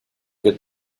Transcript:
que